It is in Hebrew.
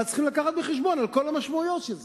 אז צריכים לקחת בחשבון את כל המשמעויות של זה.